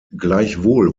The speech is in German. gleichwohl